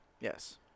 Yes